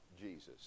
Jesus